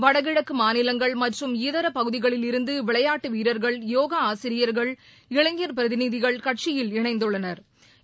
வடகிழக்குமாநிலங்கள் மற்றும் இதரபகுதிகளில் இருந்துவிளையாட்டுவீரர்கள் போகாஆசிரியர்கள் இளைஞா் பிரதிநிதிகள் கட்சியில் இணைந்துள்ளனா்